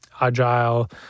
agile